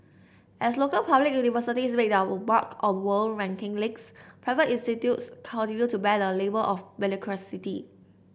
as local public universities make their mark on world ranking leagues private institutes continue to bear the label of mediocrity